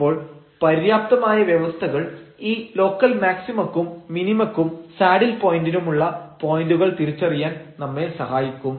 അപ്പോൾ പര്യാപ്തമായ വ്യവസ്ഥകൾ ഈ ലോക്കൽ മാക്സിമക്കും മിനിമക്കും സാഡിൽ പോയന്റിനും ഉള്ള പോയന്റുകൾ തിരിച്ചറിയാൻ നമ്മെ സഹായിക്കും